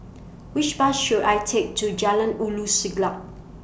Which Bus should I Take to Jalan Ulu Siglap